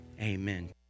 Amen